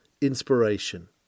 inspiration